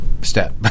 step